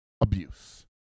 abuse